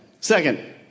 Second